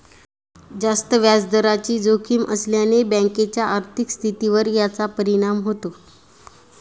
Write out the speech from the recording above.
जास्त व्याजदराची जोखीम असल्याने बँकेच्या आर्थिक स्थितीवर याचा परिणाम होतो